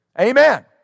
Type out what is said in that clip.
Amen